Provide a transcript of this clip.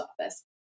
office